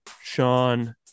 Sean